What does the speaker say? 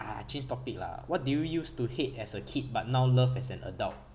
ugh change topic lah what do you use to hate as a kid but now love as an adult